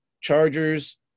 Chargers